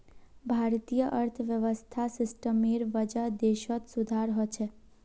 भारतीय अर्थव्यवस्था सिस्टमेर वजह देशत सुधार ह छेक